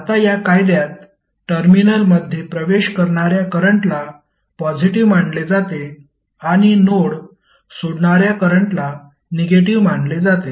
आता या कायद्यात टर्मिनल मध्ये प्रवेश करणार्या करंटला पॉजिटीव्ह मानले जाते आणि नोड सोडणार्या करंटला निगेटिव्ह मानले जाते